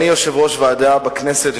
אני יושב-ראש ועדה בכנסת,